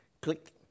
click